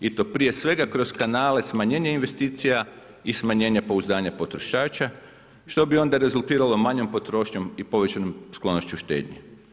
I to prije svega kroz kanale smanjenja investicija i smanjenja pouzdanja potrošača, što bi onda rezultiralo manjom potrošnjom i povećanoj sklonosti štednji.